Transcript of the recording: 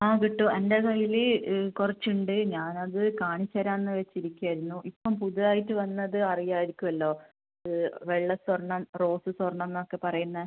ആ കിട്ടും എൻ്റെ കയ്യിൽ കുറച്ച് ഉണ്ട് ഞാൻ അത് കാണിച്ചെരാന്ന് വച്ച് ഇരിക്കയായിരുന്നു ഇപ്പം പുതുതായിട്ട് വന്നത് അറിയാമായിരിക്കുമല്ലോ വെള്ള സ്വർണ്ണം റോസ് സ്വർണ്ണം എന്നൊക്കെ പറയുന്നത്